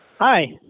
hi